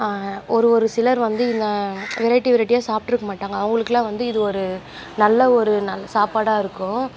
ஒரு ஒரு சிலர் வந்து இந்த வெரைட்டி வெரைட்டியாக சாப்பிட்ருக்க மாட்டாங்க அவங்களுக்குல்லாம் வந்து இது ஒரு நல்ல ஒரு ந சாப்பாடாக இருக்கும்